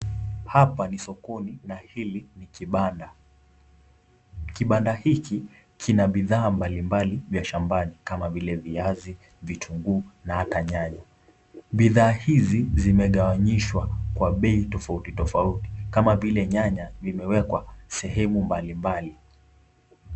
Hapa ni sokoni na hili ni kipanda. Kipanda hiki kina bidhaa mbalimbali vya shambani kama vile viazi, vitunguu na ata nyanya. Bidhaa hizi zimegawanyishwa kwa bei tofauti tofauti Kama vile nyanya vimewekwa sehemu mbalimbali.